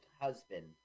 husband